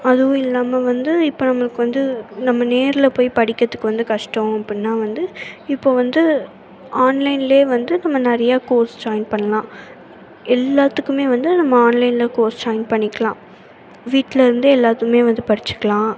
அதுவும் இல்லாமல் வந்து இப்போ நம்மளுக்கு வந்து நம்ம நேரில் போய் படிக்கிறதுக்கு வந்து கஷ்டம் அப்புடின்னா வந்து இப்போது வந்து ஆன்லைனிலேயே வந்து நம்ம நிறைய கோர்ஸ் ஜாயின் பண்ணலாம் எல்லாத்துக்குமே வந்து நம்ம ஆன்லைனில் கோர்ஸ் ஜாயின் பண்ணிக்கலாம் வீட்டில் இருந்தே எல்லாத்தையுமே வந்து படிச்சுக்கலாம்